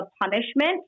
punishment